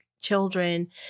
children